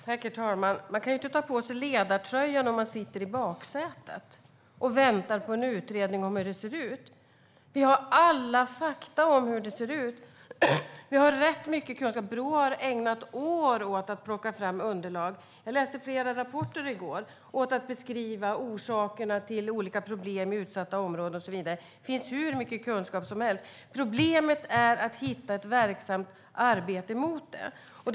Herr talman! Man kan ju inte ta på sig ledartröjan om man sitter i baksätet och väntar på en utredning om hur det ser ut. Vi har alla fakta om hur det ser ut. Vi har rätt mycket kunskap - Brå har ägnat år åt att plocka fram underlag och beskriva orsakerna till olika problem i utsatta områden och så vidare. Jag läste flera rapporter i går. Det finns hur mycket kunskap som helst. Problemet är att hitta ett verksamt arbete mot det här.